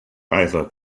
either